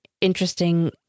interesting